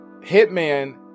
hitman